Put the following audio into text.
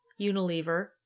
unilever